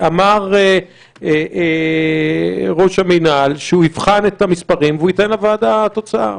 אמר ראש המינהל שהוא יבחן את המספרים וייתן לוועדה תוצאה.